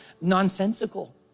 nonsensical